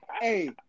hey